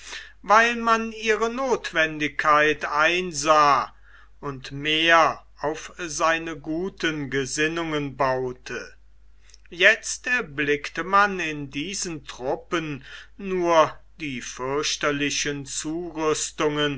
weil man ihre notwendigkeit einsah und mehr auf seine guten gesinnungen baute jetzt erblickte man in diesen truppen nur die fürchterlichen